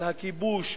על הכיבוש,